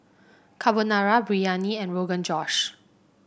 Carbonara Biryani and Rogan Josh